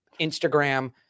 Instagram